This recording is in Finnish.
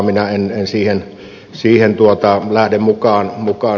minä en siihen lähde mukaan